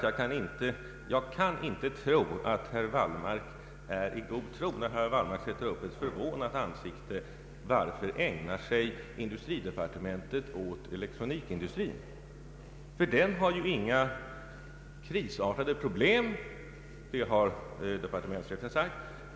Jag kan faktiskt inte tro att herr Wallmark handlar i god tro när han sätter upp ett förvånat ansikte och frågar varför industridepartementet ägnar sig åt elektronikindustrin. Denna industri har ju inte några krisartade problem, har departementschefen sagt.